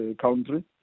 country